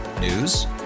News